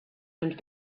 and